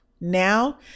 Now